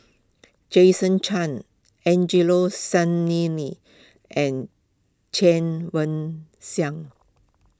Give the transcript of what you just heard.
Jason Chan Angelo Sanelli and Chen Wen Xiang